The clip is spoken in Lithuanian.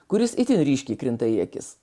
kuris itin ryškiai krinta į akis